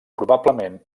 probablement